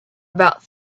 about